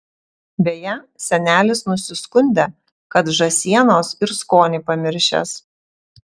beje senelis nusiskundė kad žąsienos ir skonį pamiršęs